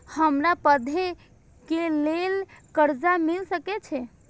हमरा पढ़े के लेल कर्जा मिल सके छे?